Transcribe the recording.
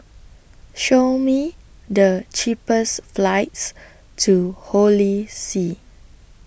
Show Me The cheapest flights to Holy See